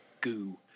goo